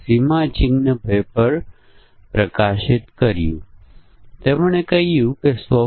પ્રથમ ચાલો નિર્ણય ટેબલ આધારિત તકનીકી જોઈએ